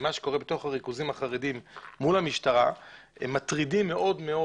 עם מה שקורה בתוך הריכוזים החרדים מול המשטרה מטרידים מאוד.